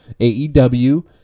AEW